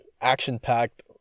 action-packed